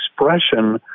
expression